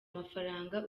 mafaranga